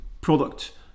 product